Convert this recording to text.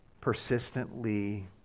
persistently